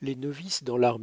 les novices dans l'art